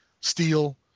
steel